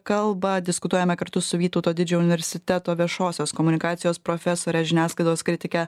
kalbą diskutuojame kartu su vytauto didžiojo universiteto viešosios komunikacijos profesore žiniasklaidos kritike